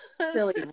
Silly